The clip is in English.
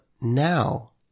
now